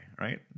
right